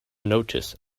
noticed